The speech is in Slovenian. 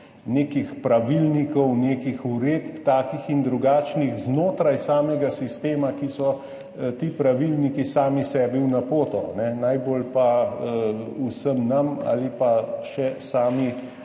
nekih pravilnikov, nekih uredb, takih in drugačnih, znotraj samega sistema. Ti pravilniki so sami sebi v napoto, najbolj pa vsem nam ali pa sami